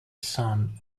son